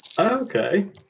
Okay